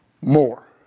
more